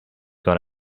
got